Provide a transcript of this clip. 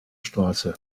straße